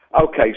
Okay